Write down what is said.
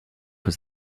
was